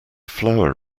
flower